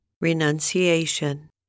Renunciation